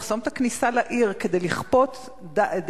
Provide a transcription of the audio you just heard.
לחסום את הכניסה לעיר כדי לכפות דעה,